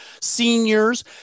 seniors